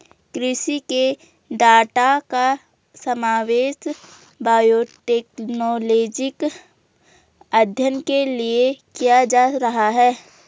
कृषि के डाटा का समावेश बायोटेक्नोलॉजिकल अध्ययन के लिए किया जा रहा है